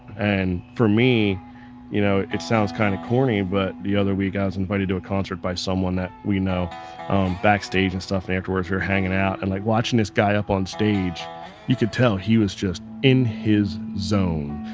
and for me you know it sounds kind of corny, but the other week i was invited to a concert by someone that we know backstage and stuff afterwards you're hanging out and like watching this guy up on stage you could tell he was just in his zone.